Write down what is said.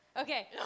Okay